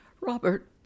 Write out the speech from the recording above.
Robert